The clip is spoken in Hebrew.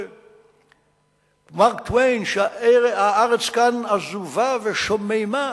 מארק טוויין מספר שהארץ כאן עזובה ושוממה.